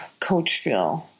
Coachville